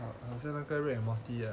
oh 好像那个 rick and morty